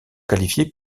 qualifiés